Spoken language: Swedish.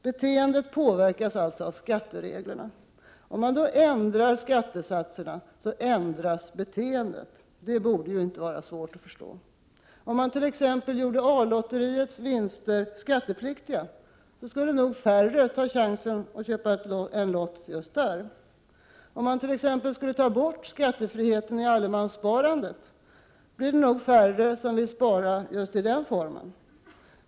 Beteendet påverkas alltså av skattereglerna. Om man då ändrar skattesatserna, ändras beteendet, det borde inte vara svårt att förstå. Om man t.ex. gjorde A-lotteriets vinster skattepliktiga, skulle nog färre ta chansen att köpa en lott just där. Om man t.ex. skulle ta bort skattefriheten i allemanssparandet, blev det nog färre som vill spara just i den formen.